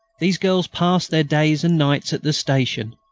these girls pass their days and nights at the station.